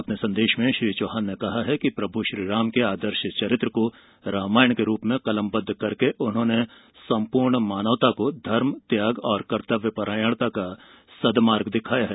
अपने संदेश में श्री चौहान ने कहा कि प्रभु श्रीराम के आर्दश चरित्र को रामायण के रूप में कलमबद्ध करके उन्होंने सम्पूर्ण मानवता को धर्म त्याग और कर्तव्य परायणता का सद्मार्ग दिखाया है